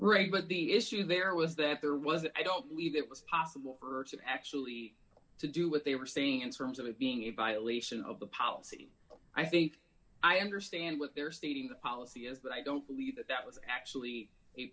right but the issue there was that there was i don't believe it was possible for them actually to do what they were saying in terms of it being in violation of the policy i think i understand what they're stating the policy is that i don't believe that that was actually a